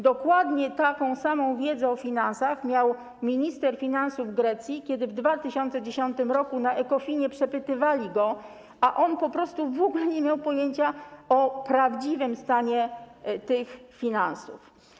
Dokładnie taką samą wiedzę o finansach miał minister finansów Grecji, kiedy w 2010 r. na posiedzeniu Ecofin przepytywali go, a on po prostu w ogóle nie miał pojęcia o prawdziwym stanie tych finansów.